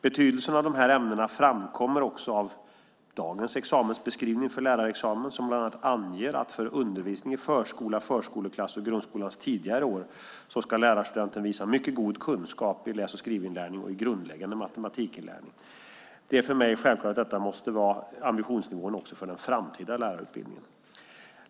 Betydelsen av dessa ämnen framkommer också av dagens examensbeskrivning för lärarexamen, som bland annat anger att för undervisning i förskola, förskoleklass och grundskolans tidigare år ska lärarstudenten "visa mycket god kunskap i läs och skrivinlärning och i grundläggande matematikinlärning". Det är för mig självklart att detta måste vara ambitionsnivån också för den framtida lärarutbildningen.